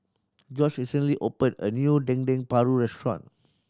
George recently open a new Dendeng Paru restaurant